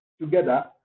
together